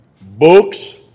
books